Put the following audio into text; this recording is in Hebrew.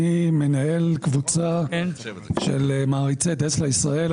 אני מנהל קבוצה של מעריצי "טסלה" ישראל.